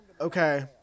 Okay